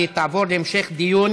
והיא תעבור להמשך דיון